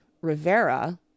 Rivera